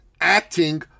acting